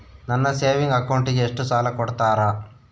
ನನ್ನ ಸೇವಿಂಗ್ ಅಕೌಂಟಿಗೆ ಎಷ್ಟು ಸಾಲ ಕೊಡ್ತಾರ?